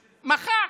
מחק.